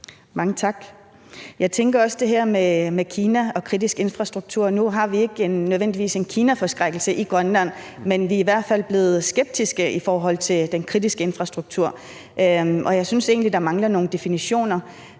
Mange tak. I forhold til det her med Kina og kritisk infrastruktur tænker jeg også : Nu har vi ikke nødvendigvis en kinaforskrækkelse i Grønland, men vi er i hvert fald blevet skeptiske i forhold til den kritiske infrastruktur. Og jeg synes egentlig, der mangler nogle definitioner,